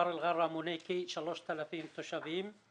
שמונה כ-3,000 תושבים.